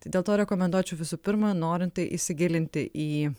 tai dėl to rekomenduočiau visų pirma norint tai įsigilinti į